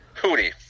Hootie